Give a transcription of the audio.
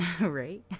Right